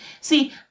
See